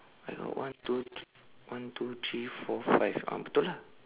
I got one two three one two three four five ah betul ah